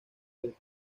del